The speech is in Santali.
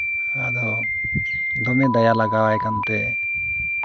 ᱟᱫᱚ ᱫᱚᱢᱮ ᱫᱟᱭᱟᱜᱮ ᱞᱟᱜᱟᱣᱟᱭ ᱠᱟᱱᱛᱮ